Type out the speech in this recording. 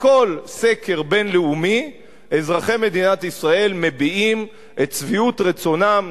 בכל סקר בין-לאומי אזרחי ישראל מביעים את שביעות רצונם.